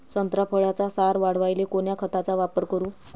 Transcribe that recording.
संत्रा फळाचा सार वाढवायले कोन्या खताचा वापर करू?